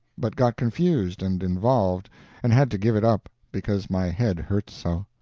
but got confused and involved and had to give it up, because my head hurt so.